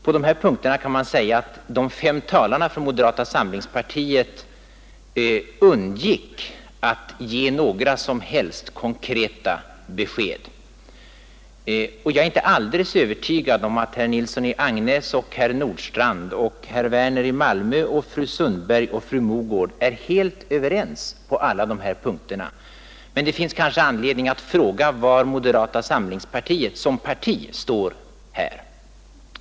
På de här punkterna kan man säga att de fem talarna från moderata samlingspartiet undgick att ge några som helst konkreta besked. Jag är inte alldeles övertygad om att herr Nilsson i Agnäs, herr Nordstrandh, herr Werner i Malmö, fru Sundberg och fru Mogård är helt överens på alla dessa punkter. Och det finns anledning att fråga var moderata samlingspartiet som parti här står.